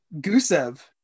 Gusev